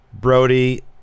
Brody